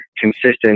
consistent